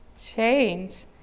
change